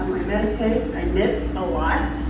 um i meditate. i miss a lot,